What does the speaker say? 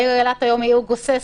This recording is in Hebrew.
העיר אילת היום היא עיר גוססת,